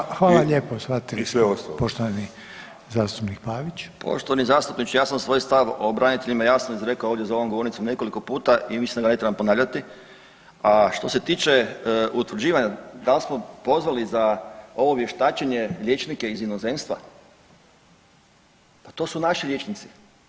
Poštovani zastupniče, ja sam svoj stav o braniteljima jasno izrekao ovdje za ovom govornicom nekoliko puta i mislim da ga ne trebam ponavljati, a što se tiče utvrđivanja da li smo pozvali za ovo vještačenje liječnike iz inozemstva, pa to su naši liječnici.